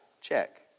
check